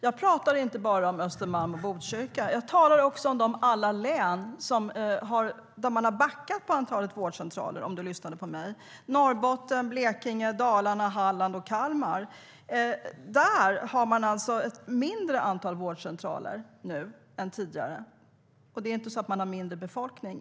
Jag talar inte bara om Östermalm och Botkyrka. Jag talar också om alla län där antalet vårdcentraler har backat - det vet du, om du lyssnade på mig. I Norrbotten, Blekinge, Dalarna, Halland och Kalmar har man alltså ett mindre antal vårdcentraler nu än tidigare. Och det är inte så att man har en mindre befolkning.